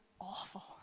awful